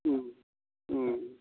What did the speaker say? ᱦᱮᱸ ᱦᱮᱸ